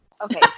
Okay